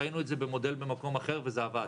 ראינו את זה במודל במקום אחר וזה עבד.